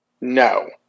No